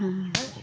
ᱦᱮᱸ